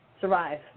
survive